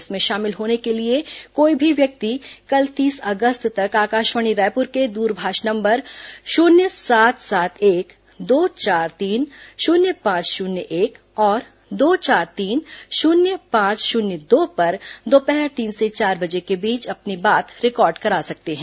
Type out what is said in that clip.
इसमें शामिल होने के लिए कोई भी व्यक्ति कल तीस अगस्त तक आकाशवाणी रायपुर के दूरभाष नम्बर शून्य सात सात एक दो चार तीन शून्य पांच शून्य एक और दो चार तीन शून्य पांच शून्य दो पर दोपहर तीन से चार बजे के बीच अपनी बात रिकॉर्ड करा सकते हैं